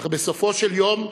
אך בסופו של יום,